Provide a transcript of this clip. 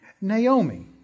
Naomi